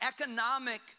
economic